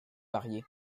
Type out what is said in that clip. variés